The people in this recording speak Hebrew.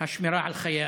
השמירה על חיי אדם.